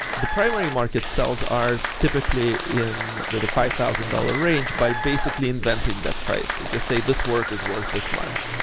the primary market sells art typically in the the five thousand dollars range by basically inventing that price. they just say, this work is worth this much,